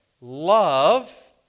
love